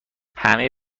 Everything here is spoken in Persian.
همه